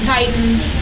Titans